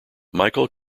michael